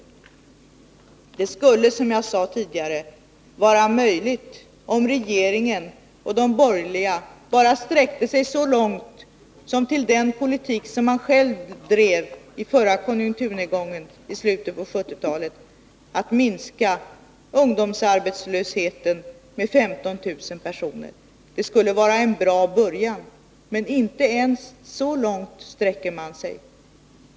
Det skulle, som jag sade tidigare, vara möjligt om regeringen och de borgerliga bara sträckte sig så långt som till den politik som man själv drev i den förra konjunkturnedgången i slutet av 1970-talet, dvs. att minska ungdomsarbetslösheten med 15 000 personer. Det skulle vara en bra början. Men inte ens så långt sträcker man sig.